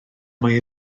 mae